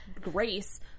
grace